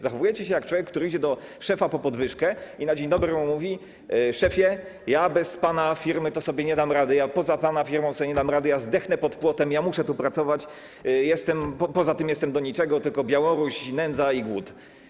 Zachowujecie się jak człowiek, który idzie do szefa po podwyżkę i na dzień dobry mu mówi: Szefie, ja bez pana firmy to sobie nie dam rady, ja poza pana firmą nie dam sobie rady, ja zdechnę pod płotem, ja muszę tu pracować, poza tym jestem do niczego, tylko Białoruś, nędza i głód.